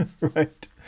right